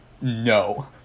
no